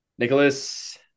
Nicholas